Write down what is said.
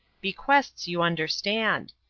bequests, you understand.